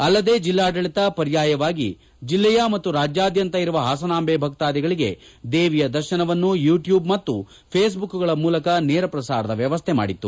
ಅಲ್ಲದೆ ಜಿಲ್ಲಾಡಳಿತ ಪರ್ಯಾಯವಾಗಿ ಜಿಲ್ಲೆಯ ಮತ್ತು ರಾಜ್ಯಾದ್ಯಂತ ಇರುವ ಹಾಸನಾಂಬೆ ಭಕ್ತಾಧಿಗಳಿಗೆ ದೇವಿಯ ದರ್ಶನವನ್ನು ಯೂಟ್ಯೂಬ್ ಮತ್ತು ಫೇಸ್ಬುಕ್ಗಳ ಮೂಲಕ ನೇರ ಪ್ರಸಾರದ ವ್ಯವಸ್ಥೆ ಮಾಡಿತ್ತು